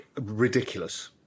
ridiculous